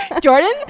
Jordan